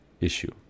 issue